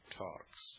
talks